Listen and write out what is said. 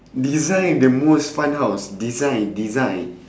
design the most fun house design design